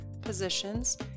positions